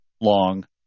long